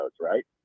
right